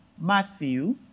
Matthew